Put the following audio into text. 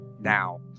now